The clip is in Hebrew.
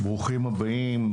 ברוכים הבאים.